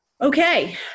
Okay